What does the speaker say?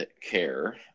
care